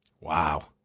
wow